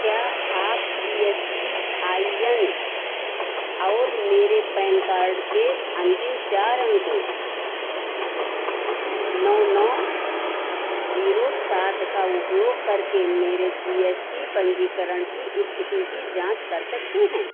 क्या आप G S T I N और मेरे पैन कार्ड के अंतिम चार अंकों नौ नौ जीरो सात का उपयोग करके मेरे जी एस टी पंजीकरण की स्थिति की जाँच कर सकते हैं